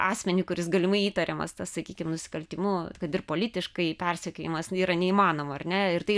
asmeniui kuris galimai įtariamas sakykim nusikaltimu kad ir politiškai persekiojimas yra neįmanoma ar ne ir tai